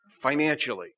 financially